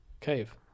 Cave